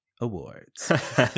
Awards